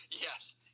Yes